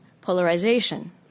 polarization